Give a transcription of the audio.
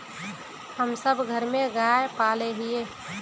हम सब घर में गाय पाले हिये?